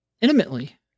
intimately